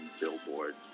billboard